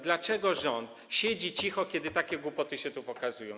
Dlaczego rząd siedzi cicho, kiedy takie głupoty się tu pokazują?